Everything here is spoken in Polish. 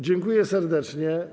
Dziękuję serdecznie.